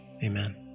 Amen